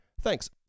Thanks